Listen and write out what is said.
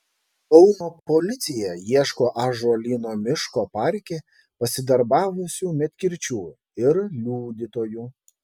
kauno policija ieško ąžuolyno miško parke pasidarbavusių medkirčių ir liudytojų